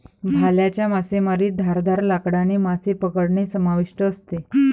भाल्याच्या मासेमारीत धारदार लाकडाने मासे पकडणे समाविष्ट असते